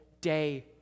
day